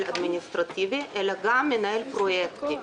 אדמיניסטרטיבי אלא גם מנהל פרויקטים.